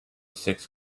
six